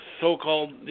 so-called